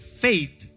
faith